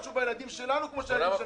חשוב לילדים שלנו כמו לילדים שלכם.